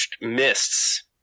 mists